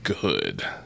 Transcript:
good